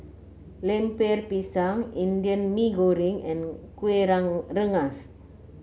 Lemper Pisang Indian Mee Goreng and Kueh Rengas